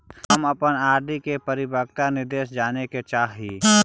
हम अपन R D परिपक्वता निर्देश जाने के चाह ही